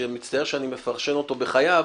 שאני מצטער שאני מפרשן אותו בחייו,